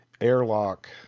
airlock